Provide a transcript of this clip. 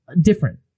different